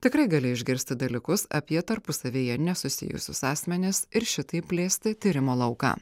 tikrai gali išgirsti dalykus apie tarpusavyje nesusijusius asmenis ir šitaip plėsti tyrimo lauką